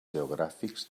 geogràfics